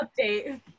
update